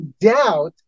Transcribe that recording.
doubt